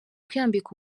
kwiyambika